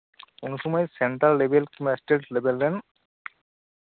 ᱩᱱ ᱥᱚᱢᱚᱭ ᱥᱮᱱᱴᱮᱨᱟᱞ ᱞᱮᱵᱮᱞ ᱮᱥᱴᱮᱴ ᱞᱮᱵᱮᱞ ᱨᱮᱱ